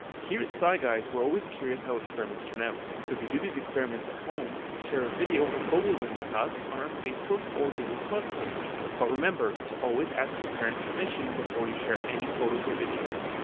here at sci guys we're always curious how experiments turnout. so if you do these experiments at home share a video or photo of them with us on our facebook or google page but remember to always ask your parents permission before you share any photos or videos.